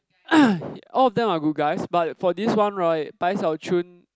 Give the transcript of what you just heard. all of them are good guys but for this one right Bai-Xiao-Chun